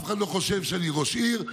אף אחד לא חושב שאני ראש עיר,